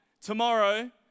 tomorrow